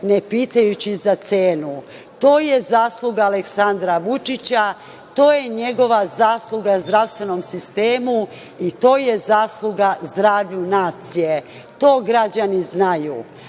nepitajući za cenu. To je zasluga Aleksandra Vučića, to je njegova zasluga zdravstvenom sistemu i to je zasluga zdravlju nacije. To građani znaju.A